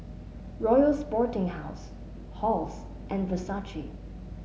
Royal Sporting House Halls and Versace